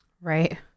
Right